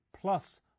plus